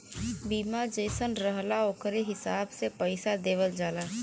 बीमा जइसन रहला ओकरे हिसाब से पइसा देवल जाला